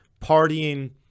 partying